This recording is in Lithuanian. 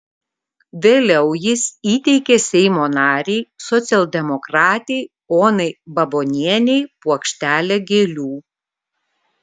vėliau jis įteikė seimo narei socialdemokratei onai babonienei puokštelę gėlių